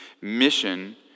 Mission